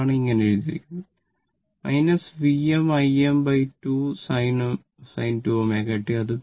അതുകൊണ്ടാണ് ഇങ്ങനെ എഴുതിയിരിക്കുന്നത് Vm Im2 sin 2 ω t